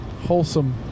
Wholesome